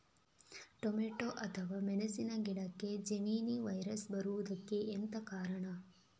Tomato ಅಥವಾ ಮೆಣಸಿನ ಗಿಡಕ್ಕೆ ಜೆಮಿನಿ ವೈರಸ್ ಬರುವುದಕ್ಕೆ ಎಂತ ಕಾರಣ?